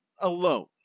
alone